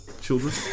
children